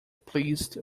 pleased